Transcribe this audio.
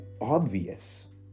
obvious